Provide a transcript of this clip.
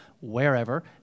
wherever